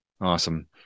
awesome